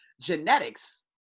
Genetics